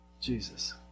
Jesus